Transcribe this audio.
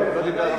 רגע,